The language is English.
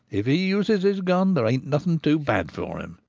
if he uses his gun there ain't nothing too bad for him.